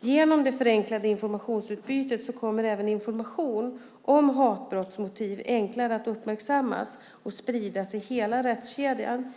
Genom det förenklade informationsutbytet kommer även information om hatbrottsmotiv enklare att uppmärksammas och spridas i hela rättskedjan.